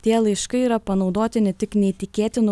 tie laiškai yra panaudoti ne tik neįtikėtinu